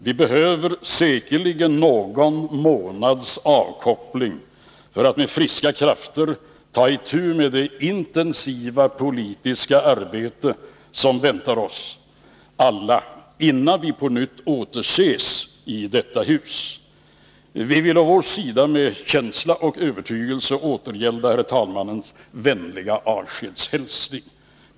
Vi behöver säkerligen någon månads avkoppling för att med friska krafter kunna ta itu med det intensiva politiska arbete som väntar oss alla innan vi på nytt återses i detta hus. Vi vill å vår sida med känsla och övertygelse återgälda herr talmannens vänliga avskedshälsning.